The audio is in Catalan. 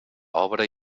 obra